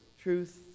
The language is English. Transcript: truth